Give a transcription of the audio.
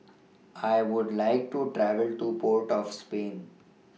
I Would like to travel to Port of Spain